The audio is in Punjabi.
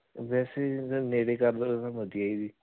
ਵੈਸੇ ਨੇੜੇ ਕਰ ਦਿਓ ਤਾਂ ਵਧੀਆ ਜੀ